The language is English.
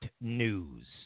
News